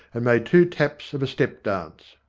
and made two taps of a step dance.